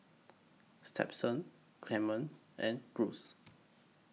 Stepsen Clemens and Bruce